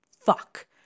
fuck